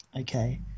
Okay